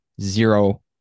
zero